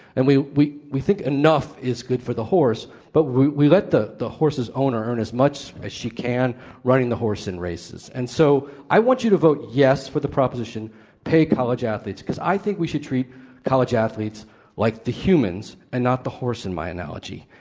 and we we think enough is good for the horse. but we we let the the horse's owner earn as much as she can running the horse in races. and so, i want you to vote yes for the proposition pay college athletes, because i think we should treat college athletes like the humans and not the horse in my analogy.